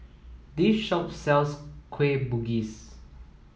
this shop sells Kueh Bugis